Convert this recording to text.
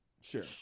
Sure